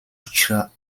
учраа